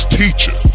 teacher